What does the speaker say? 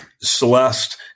Celeste